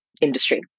industry